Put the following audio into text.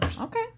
okay